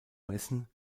messen